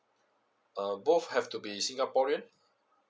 are both have to be singaporean